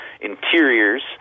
interiors